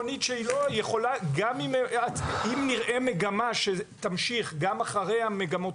אם נראה מגמה שתמשיך גם אחרי המגמות